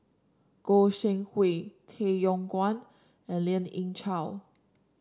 Goi Seng Hui Tay Yong Kwang and Lien Ying Chow